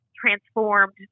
transformed